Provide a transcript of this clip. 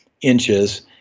inches